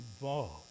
involved